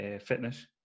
fitness